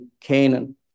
Canaan